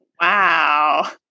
Wow